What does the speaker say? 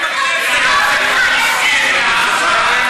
המחבלים בכנסת.